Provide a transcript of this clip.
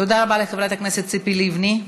תודה רבה לחברת הכנסת ציפי לבני.